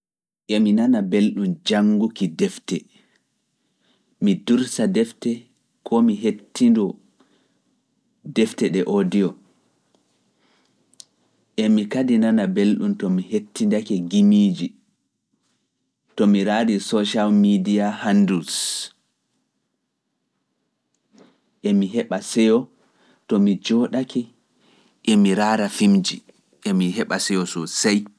Emi nana belɗum jannguki defte, mi dursa defte koo mi hettindoo defte de odiyo, emi heba seyo to mi jooɗake, emi raara fimji, emi heɓa seyo soosey.